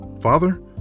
Father